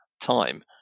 time